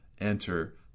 enter